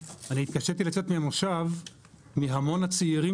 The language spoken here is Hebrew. אני התקשיתי לצאת מהמושב מהמון הצעירים